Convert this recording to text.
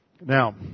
Now